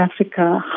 Africa